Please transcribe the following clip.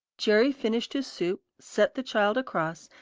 jerry finished his soup, set the child across,